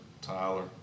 Tyler